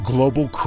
Global